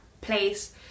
place